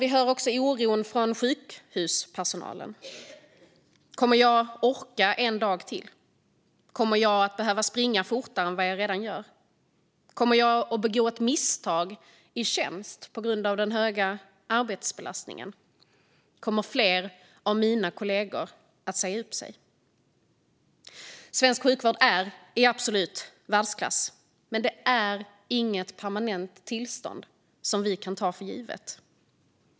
Vi hör också oron från sjukhuspersonalen: Kommer jag att orka en dag till? Kommer jag att behöva springa fortare än vad jag redan gör? Kommer jag att begå ett misstag i tjänsten på grund av den höga arbetsbelastningen? Kommer fler av mina kollegor att säga upp sig? Svensk sjukvård är i absolut världsklass, men det är inget permanent tillstånd som vi kan ta för givet.